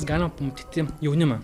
galima pamatyti jaunimą